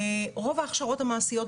רוב ההכשרות המעשיות,